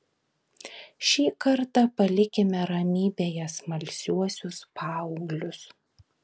šį kartą palikime ramybėje smalsiuosius paauglius